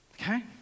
Okay